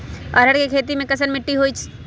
अरहर के खेती मे कैसन मिट्टी होइ?